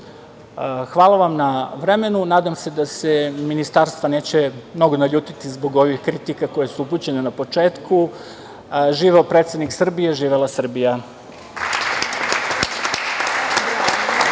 vam na vremenu, nadam se da se ministarstva neće mnogo naljutiti zbog ovih kritika koje su upućene na početku. Živeo predsednik Srbije, živela Srbija!